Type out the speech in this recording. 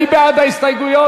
מי בעד ההסתייגויות?